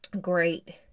great